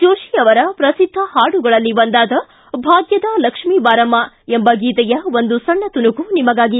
ಜೋತಿ ಅವರ ಪ್ರಸಿದ್ದ ಹಾಡುಗಳಲ್ಲಿ ಒಂದಾದ ಭಾಗ್ಯದ ಲಕ್ಷ್ಮಿ ಬಾರಮ್ಮ ಎಂಬ ಗೀತೆಯ ಒಂದು ಸಣ್ಣ ತುಣುಕು ನಿಮಗಾಗಿ